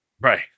Right